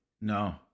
No